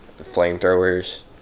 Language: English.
Flamethrowers